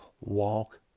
walk